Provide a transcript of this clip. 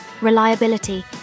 reliability